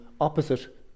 opposite